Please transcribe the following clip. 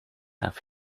have